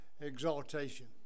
exaltation